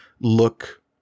look